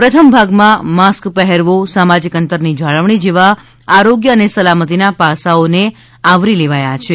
પ્રથમ ભાગમાં માસ્ક પહેરવો સામાજિક અંતરની જાળવણી જેવા આરોગ્ય અને સલામતીના પાસાઓને આવરી લેવાયા છે